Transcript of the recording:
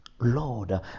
Lord